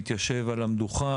התיישב על המדוכה,